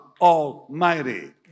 Almighty